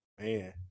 Man